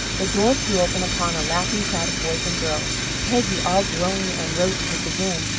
the door flew open upon a laughing crowd of boys and girls. peggy, all glowing and rosy with the wind,